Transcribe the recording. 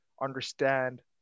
understand